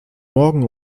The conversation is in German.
morgen